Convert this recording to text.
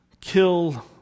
kill